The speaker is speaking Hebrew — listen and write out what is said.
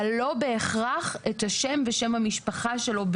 אבל לא בהכרח את השם ושם המשפחה שלו.